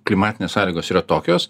klimatinės sąlygos yra tokios